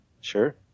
Sure